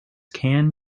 can